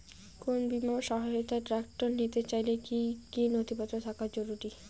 কোন বিমার সহায়তায় ট্রাক্টর নিতে চাইলে কী কী নথিপত্র থাকা জরুরি?